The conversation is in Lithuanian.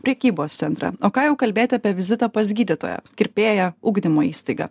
prekybos centrą o ką jau kalbėt apie vizitą pas gydytoją kirpėją ugdymo įstaigą